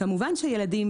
כמובן שילדים,